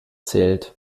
zählt